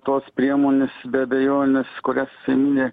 tos priemonės be abejonės kurias mini